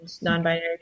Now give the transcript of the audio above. non-binary